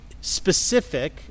specific